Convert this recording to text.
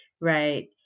Right